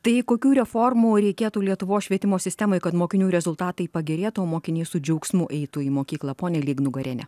tai kokių reformų reikėtų lietuvos švietimo sistemai kad mokinių rezultatai pagerėtų mokiniai su džiaugsmu eitų į mokyklą pone lygnugariene